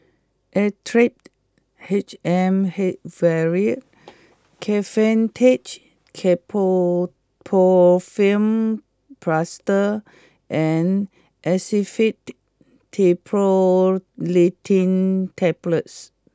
Actrapid H M hey vial Kefentech Ketoprofen Plaster and Actifed tea Triprolidine Tablets